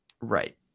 right